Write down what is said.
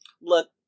look